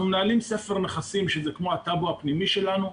אנחנו מנהלים ספר נכסים שזה כמו הטאבו הפנימי שלנו,